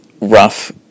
rough